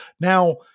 now